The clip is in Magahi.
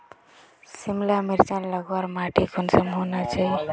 सिमला मिर्चान लगवार माटी कुंसम होना चही?